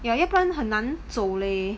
ya 要不然很难走 leh